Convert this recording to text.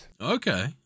Okay